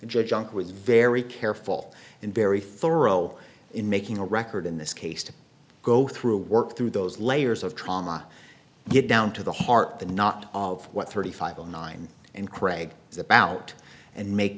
uncle was very careful and very thorough in making a record in this case to go through work through those layers of trauma get down to the heart the knot of what thirty five zero nine and craig is about and make